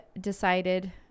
decided